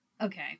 okay